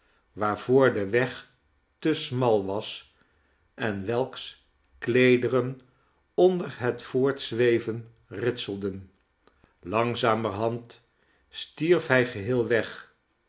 waarvoor de weg te smal was en welks kleederen onder het voortzweven ritselden langzamerhand stierf hij geheel weg